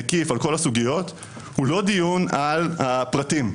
מקיף על כל הסוגיות הוא לא דיון על הפרטים.